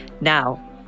Now